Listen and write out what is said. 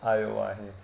आयो आहे